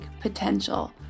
potential